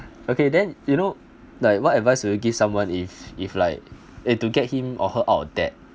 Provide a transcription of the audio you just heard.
okay then you know like what advice would you give someone if if like if to get him or her out of debt